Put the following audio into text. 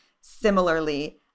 similarly